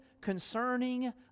concerning